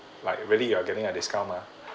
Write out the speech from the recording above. like really uh giving a discount mah